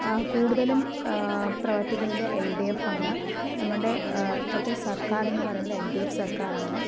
കൂടുതലും പ്രവർത്തിക്കുന്നത് L D F ആണ് നമ്മുടെ ഇപ്പത്തെ സർക്കാർ എന്ന് പറയണത് എൽ ഡി എഫ് സർക്കാർ ആണ്